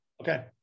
Okay